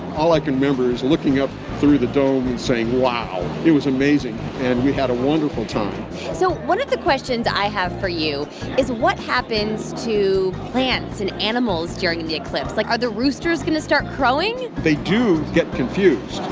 all i can remember is looking up through the dome and saying, wow. it was amazing, and we had a wonderful time so one of the questions i have for you is what happens to plants and animals during the eclipse. like, are the roosters going to start crowing? they do get confused.